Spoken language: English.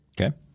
Okay